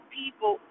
people